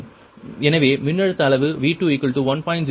எனவே மின்னழுத்த அளவு V2 1